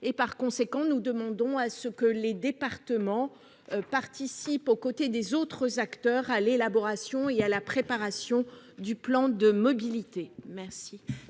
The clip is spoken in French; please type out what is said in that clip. Par conséquent, nous demandons que les départements participent, aux côtés des autres acteurs, à l'élaboration et à la préparation du plan de mobilité.